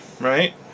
right